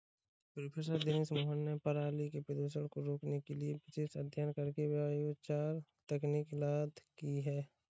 professor Dinesh Mohan ने पराली के प्रदूषण को रोकने के लिए विशेष अध्ययन करके बायोचार तकनीक इजाद की है